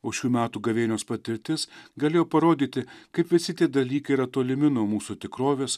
o šių metų gavėnios patirtis galėjo parodyti kaip visi tie dalykai yra tolimi nuo mūsų tikrovės